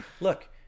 Look